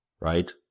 right